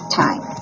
time